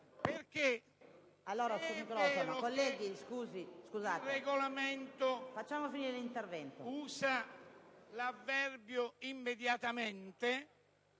perché, se è vero che il Regolamento usa l'avverbio "immediatamente"